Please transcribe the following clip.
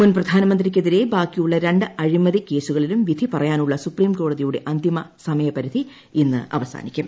മുൻ പ്രധാനമന്ത്രിയ്ക്കെതിരെ ബാക്കിയുള്ള രണ്ട് അഴിമതി കേസുകളിലും വിധി പറയാനുള്ള സുപ്രീംകോടതിയുടെ അന്തിമ സമയപരിധി ഇന്ന് അവസാനിക്കും